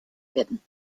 werden